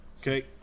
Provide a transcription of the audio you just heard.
Okay